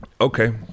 Okay